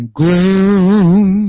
gloom